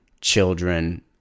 children